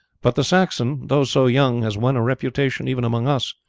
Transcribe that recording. but the saxon, though so young, has won a reputation even among us,